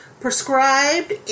prescribed